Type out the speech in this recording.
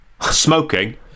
smoking